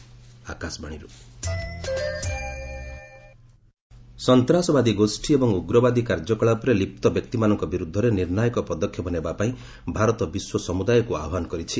VP Costa Rica ସନ୍ତାସବାଦୀ ଗୋଷୀ ଏବଂ ଉଗ୍ବାଦୀ କାର୍ଯ୍ୟକଳାପ ଲିପ୍ତ ବ୍ୟକ୍ତିମାନଙ୍କ ବିରୁଦ୍ଧରେ ନିର୍ଣ୍ଣାୟକ ପଦକ୍ଷେପ ନେବା ପାଇଁ ଭାରତ ବିଶ୍ୱ ସମୁଦାୟକୁ ଆହ୍ବାନ କରିଛି